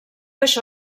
això